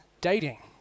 dating